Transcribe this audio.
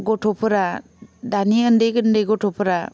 गथ'फोरा दानि ओन्दै ओन्दै गथ'फोरा